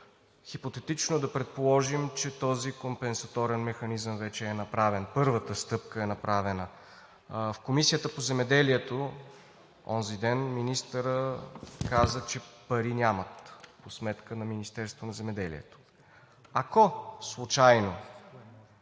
хипотетично да предположим, че този компенсаторен механизъм вече е направен, че първата стъпка е направена. В Комисията по земеделието онзи ден министърът каза, че няма пари по сметка на Министерството на земеделието. Ако